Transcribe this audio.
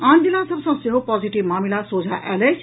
आन जिला सभ सँ सेहो पॉजिटिव मामिला सोझा आयल अछि